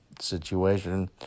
situation